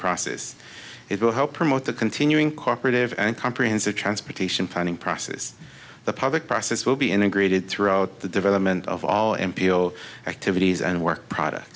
process it will help promote a continuing corporative and comprehensive transportation planning process the public process will be integrated throughout the development of all imperial activities and work product